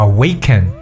AWAKEN